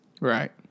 right